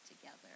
together